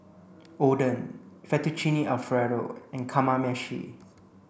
Oden Fettuccine Alfredo and Kamameshi